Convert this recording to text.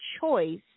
choice